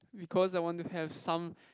because I want to have some